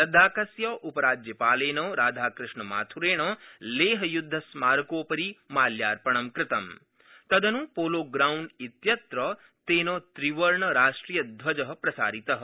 लद्दाखस्य उपराज्यपालेन राधाकृष्णमाथ्रेण लेहयुद्धस्मारकोपरि माल्यार्पणं कृतमं तदन् पोलोग्रांड इत्यत्र तेन त्रिवर्णराष्ट्रियध्वजः प्रसारितः